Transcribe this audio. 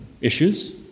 issues